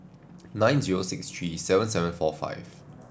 nine zero six three seven seven four five